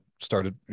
started